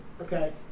okay